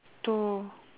two